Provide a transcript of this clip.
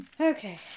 okay